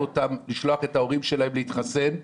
אותם לשלוח את ההורים שלהם להתחסן,